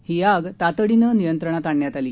ही आग तातडीनं नियंत्रणात आणण्यात आली